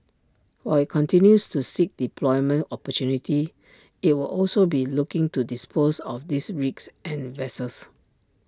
while IT continues to seek deployment opportunities IT will also be looking to dispose of these rigs and vessels